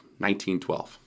1912